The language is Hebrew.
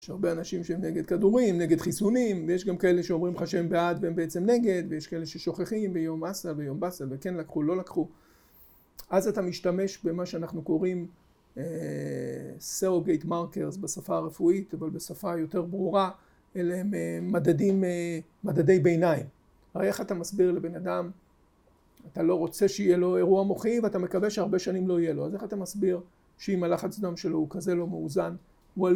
יש הרבה אנשים שהם נגד כדורים, נגד חיסונים, ויש גם כאלה שאומרים לך שהם בעד והם בעצם נגד, ויש כאלה ששוכחים, ויום עסל ויום בסל, וכן לקחו, לא לקחו. אז אתה משתמש במה שאנחנו קוראים סאוגייט מרקרס בשפה הרפואית, אבל בשפה יותר ברורה, אלה הם מדדי ביניים. הרי איך אתה מסביר לבן אדם, אתה לא רוצה שיהיה לו אירוע מוחי, ואתה מקווה שהרבה שנים לא יהיה לו, אז איך אתה מסביר שאם הלחץ דם שלו הוא כזה לא מאוזן, הוא על